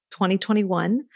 2021